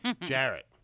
Jarrett